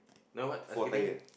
then what ice skating